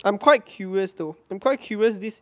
I'm quite curious though I'm quite curious this